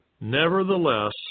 Nevertheless